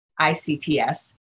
ICTS